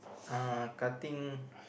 uh cutting